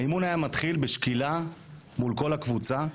האימון היה מתחיל בשקילה מול כל הקבוצה.